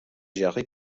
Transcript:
géré